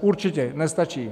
Určitě nestačí.